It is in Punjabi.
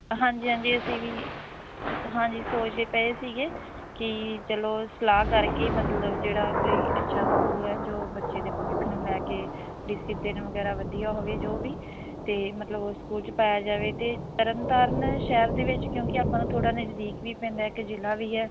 ਹਾਂਜੀ ਹਾਂਜੀ ਅਸੀਂ ਵੀ ਹਾਂਜੀ ਸੋਚਦੇ ਪਏ ਸੀਗੇ ਕਿ ਚਲੋ ਸਲਾਹ ਕਰਕੇ ਮਤਲਬ ਜਿਹੜਾ ਕੋਈ ਅੱਛਾ ਸਕੂਲ ਹੈ ਜੋ ਬੱਚੇ ਦੇ ਭਵਿੱਖ ਨੂੰ ਲੈ ਕੇ ਡਿਸਪਲਿਨ ਵਗੈਰਾ ਵਧੀਆ ਹੋਵੇ ਜੋ ਵੀ ਅਤੇ ਮਤਲਬ ਉਹ ਸਕੂਲ 'ਚ ਪਾਇਆ ਜਾਵੇ ਅਤੇ ਤਰਨ ਤਾਰਨ ਸ਼ਹਿਰ ਦੇ ਵਿੱਚ ਕਿਉਂਕਿ ਆਪਾਂ ਨੂੰ ਥੋੜ੍ਹਾ ਨਜ਼ਦੀਕ ਵੀ ਪੈਂਦਾ ਕਿ ਜ਼ਿਲ੍ਹਾ ਵੀ ਹੈ